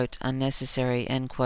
unnecessary